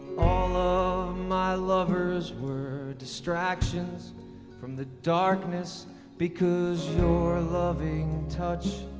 ah my lovers were distractions from the darkness because your loving touch,